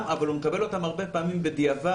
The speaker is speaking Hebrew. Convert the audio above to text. אבל הוא מקבל אותם הרבה פעמים בדיעבד.